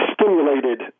stimulated